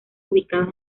ubicada